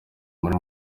muri